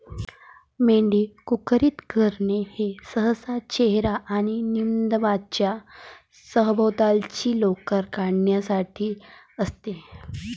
मेंढी कुरकुरीत करणे हे सहसा चेहरा आणि नितंबांच्या सभोवतालची लोकर काढण्यासाठी असते